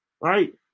right